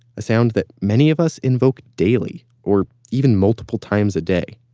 a sound that many of us invoke daily, or even multiple times a day.